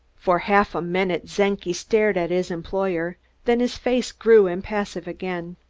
for half a minute czenki stared at his employer then his face grew impassive again.